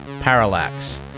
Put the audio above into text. Parallax